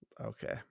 Okay